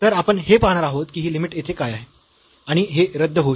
तर आपण हे पाहणार आहोत की ही लिमिट येथे काय आहे आणि हे रद्द होऊ शकते